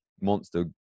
monster